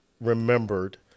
remembered